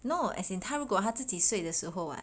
no as in 他如果他自己睡的时候 [what]